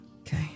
Okay